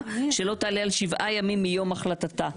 שלא תעלה על שבעה ימים מיום החלטתה.